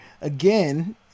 again—